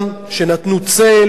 שנתנו צל,